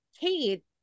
Kate